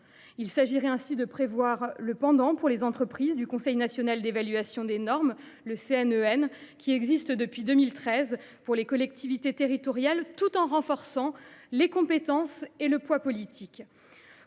Il s’agirait ainsi de prévoir, pour les entreprises, le pendant du Conseil national d’évaluation des normes (CNEN), qui existe depuis 2013 pour les collectivités territoriales, tout en en renforçant les compétences et le poids politique.